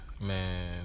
Man